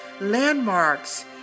landmarks